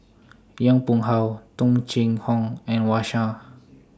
Yong Pung How Tung Chye Hong and Wang Sha